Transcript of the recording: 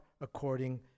according